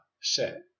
set